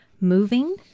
moving